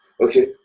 okay